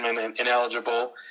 ineligible